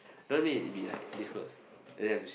then it be like this close and then you have to see